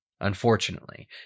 unfortunately